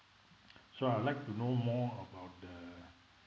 so I'd like to know about the